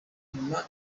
nyuma